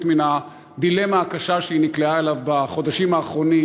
מן הדילמה הקשה שהיא נקלעה אליה בחודשים האחרונים,